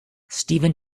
steven